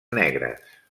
negres